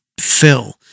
Phil